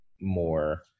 more